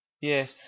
Yes